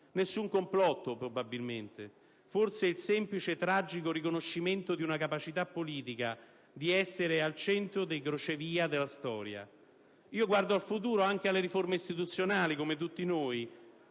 Nessun complotto, probabilmente, ma forse il semplice, tragico, riconoscimento di una capacità politica di essere al centro dei crocevia della storia. Io guardo al futuro, anche alle riforme istituzionali, come tutti noi,